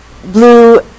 blue